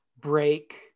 break